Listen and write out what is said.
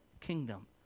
kingdom